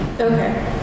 Okay